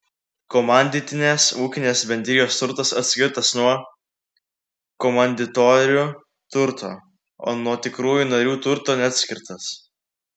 komanditinės ūkinės bendrijos turtas atskirtas nuo komanditorių turto o nuo tikrųjų narių turto neatskirtas